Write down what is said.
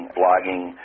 blogging